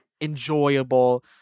enjoyable